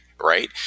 right